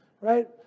right